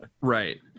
Right